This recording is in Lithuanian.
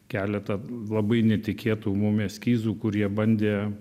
keletą labai netikėtų mum eskizų kur jie bandė